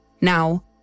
now